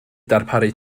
darparu